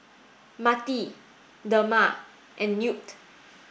Marti Dema and Knute